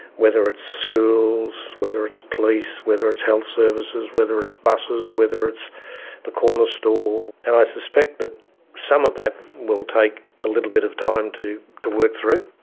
whether it's schools, whether it's police, whether it's health services, whether it's buses, whether it's the corner store. and i suspect that some of that will take a little bit of time to to work through.